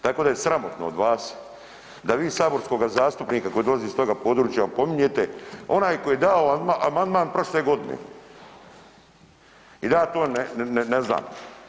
Tako da je sramotno od vas da vi saborskog zastupnika koji dolazi iz toga područja opominjete, onaj koji je dao amandman prošle godine i da ja to ne znam.